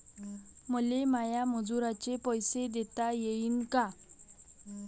मले माया मजुराचे पैसे देता येईन का?